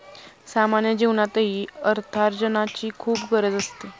सामान्य जीवनातही अर्थार्जनाची खूप गरज असते